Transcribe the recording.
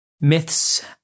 myths